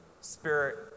spirit